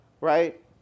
right